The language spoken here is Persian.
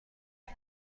فقط